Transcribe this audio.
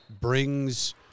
brings